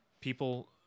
People